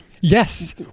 Yes